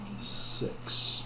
six